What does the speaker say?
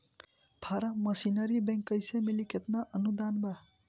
Form machinery bank कैसे मिली कितना अनुदान बा?